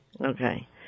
Okay